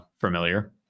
familiar